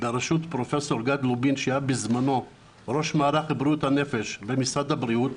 בראשות פרופ' גד לובין שהיה בזמנו ראש מערך בריאות הנפש במשרד הבריאות,